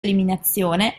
eliminazione